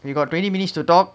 you got twenty minutes to talk